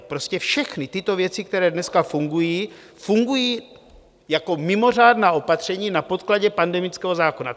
Prostě všechny tyto věci, které dneska fungují, fungují jako mimořádná opatření na podkladě pandemického zákona.